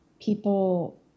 people